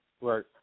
Right